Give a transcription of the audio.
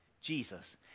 Jesus